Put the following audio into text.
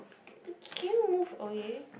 okay can you move away